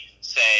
say